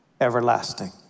everlasting